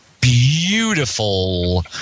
beautiful